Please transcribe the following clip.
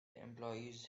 employees